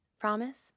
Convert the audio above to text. Promise